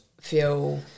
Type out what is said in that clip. feel